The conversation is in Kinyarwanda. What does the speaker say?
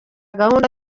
gahunda